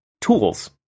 tools